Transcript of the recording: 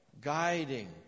Guiding